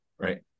Right